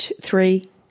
three